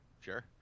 Sure